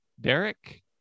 Derek